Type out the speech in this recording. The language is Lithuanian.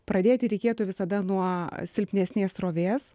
pradėti reikėtų visada nuo silpnesnės srovės